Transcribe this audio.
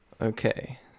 Okay